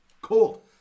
Cool